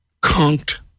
conked